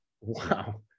wow